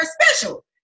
special